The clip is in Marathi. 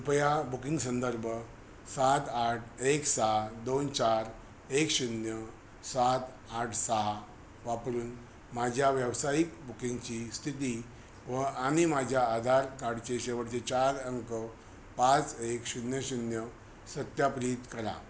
कृपया बुकिंग संदर्भ सात आठ एक सहा दोन चार एक शून्य सात आठ सहा वापरून माझ्या व्यावसायिक बुकिंगची स्थिती व आणि माझ्या आधार कार्डचे शेवटचे चार अंक पाच एक शून्य शून्य सत्यापित करा